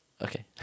Okay